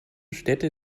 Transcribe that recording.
städte